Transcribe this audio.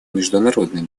международной